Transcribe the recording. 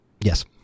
Yes